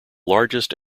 largest